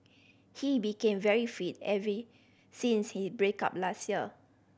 he became very fit every since he break up last year